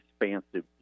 expansive